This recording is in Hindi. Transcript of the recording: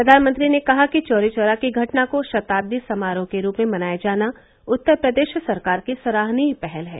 प्रधानमंत्री ने कहा कि चौरी चौरा की घटना को शताब्दी समारोह के रूप में मनाया जाना उत्तर प्रदेश सरकार की सराहनीय पहल है